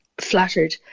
flattered